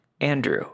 Andrew